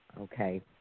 okay